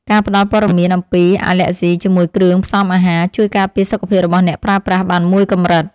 ការផ្ដល់ព័ត៌មានអំពីអាឡែស៊ីជាមួយគ្រឿងផ្សំអាហារ ជួយការពារសុខភាពរបស់អ្នកប្រើប្រាស់បានមួយកម្រិត។